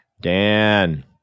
Dan